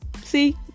See